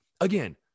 again